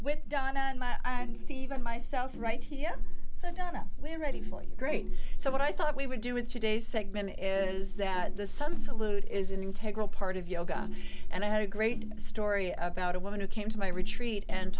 with donna and i and stephen myself right so donna we're ready for you great so what i thought we would do with today's segment is that the sun salute is an integral part of yoga and i had a great story about a woman who came to my retreat and